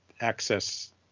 access